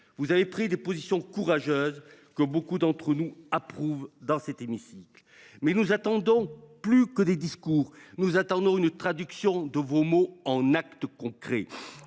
vous avez pris des positions courageuses que beaucoup d’entre nous approuvent ; pour autant, nous attendons plus que des discours : une traduction de vos mots en actes concrets.